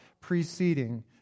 preceding